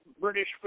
British